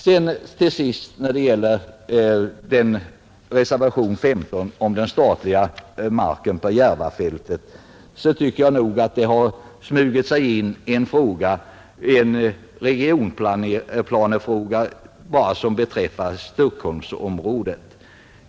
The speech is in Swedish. Reservationen 15 gäller användning av statlig mark på Järvafältet. Jag tycker att det där smugit sig in en regionplanefråga som avser endast Stockholmsområdet.